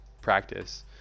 practice